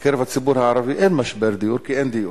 בקרב הציבור הערבי אין משבר דיור, כי אין דיור.